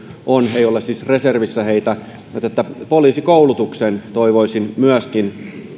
on ei ole siis reservissä heitä mutta poliisikoulutukseen toivoisin myöskin